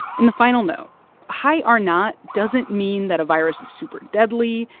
and the final note high or not doesn't mean that a virus is super deadly.